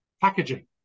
packaging